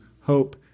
hope